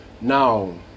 now